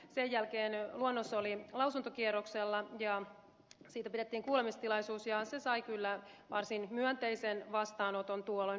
sen jälkeen luonnos oli lausuntokierroksella ja siitä pidettiin kuulemistilaisuus ja se sai kyllä varsin myönteisen vastaanoton tuolloin